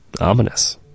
Ominous